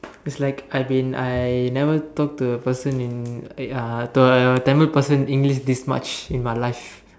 it's like I've been I never talk to a person in eh to a Tamil person in English this much in my life